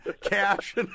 cash